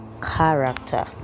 Character